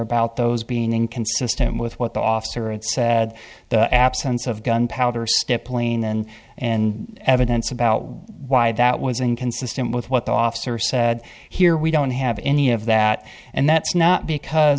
about those being inconsistent with what the officer it said the absence of gunpowder stippling and and evidence about why that was inconsistent with what the officer said here we don't have any of that and that's not because